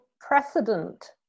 precedent